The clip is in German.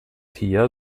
hier